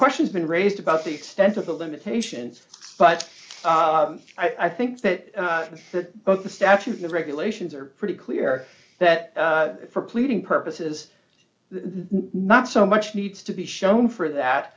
question's been raised about the extent of the limitations but i think that that both the statute and regulations are pretty clear that for pleading purposes the not so much needs to be shown for that